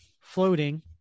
floating